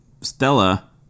Stella